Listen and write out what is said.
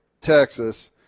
Texas